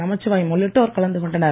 நமச்சிவாயம் உள்ளிட்டோர் கலந்துகொண்டனர்